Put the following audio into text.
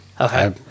okay